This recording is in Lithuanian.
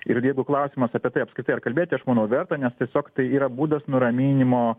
ir jeigu klausimas apie tai apskritai ar kalbėti aš manau verta nes tiesiog tai yra būdas nuraminimo